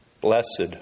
Blessed